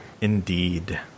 Indeed